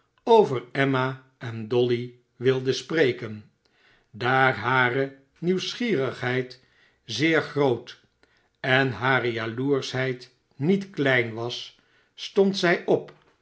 over emma en dolly wilde spreken daar hare nieuwsgierigheid zeer groot en hare jaloerschheid niet klein was stond zij op